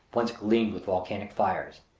once gleamed with volcanic fires.